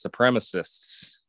supremacists